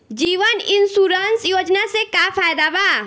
जीवन insurance योजना से का फायदा बा?